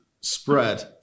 spread